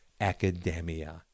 academia